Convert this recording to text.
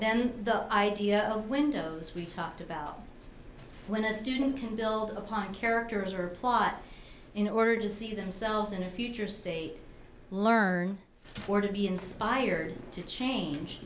then the idea of windows we talked about when a student can build upon characters or plot in order to see themselves in a future state learn to be inspired to change